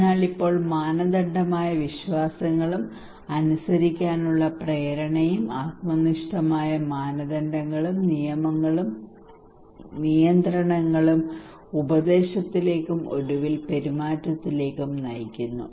അതിനാൽ ഇപ്പോൾ മാനദണ്ഡമായ വിശ്വാസങ്ങളും അനുസരിക്കാനുള്ള പ്രേരണയും ആത്മനിഷ്ഠമായ മാനദണ്ഡങ്ങളും നിയമങ്ങളും നിയന്ത്രണങ്ങളും ഉദ്ദേശത്തിലേക്കും ഒടുവിൽ പെരുമാറ്റത്തിലേക്കും നയിക്കുന്നു